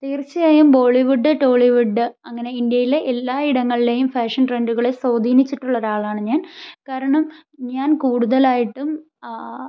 തീർച്ചയായും Bollywood Tollywood അങ്ങനെ ഇന്ത്യയിലെ എല്ലായിടങ്ങളിലെയും ഫാഷൻ ട്രെൻഡുകളെ സ്വാധീനിച്ചിട്ടുള്ള ഒരാളാണ് ഞാൻ കാരണം ഞാൻ കൂടുതലായിട്ടും